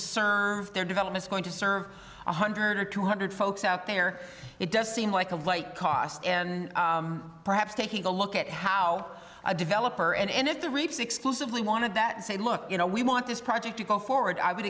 serve their development going to serve one hundred or two hundred folks out there it does seem like a light cost and perhaps taking a look at how a developer and if the reefs exclusively want to that say look you know we want this project to go forward i would